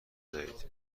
دهید